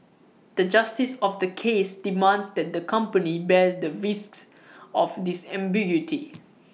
the justice of the case demands that the company bear the risk of this ambiguity